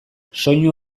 soinu